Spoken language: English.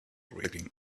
reading